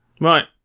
Right